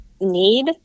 need